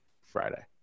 Friday